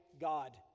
God